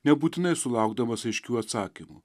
nebūtinai sulaukdamas aiškių atsakymų